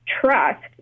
trust